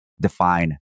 define